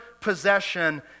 possession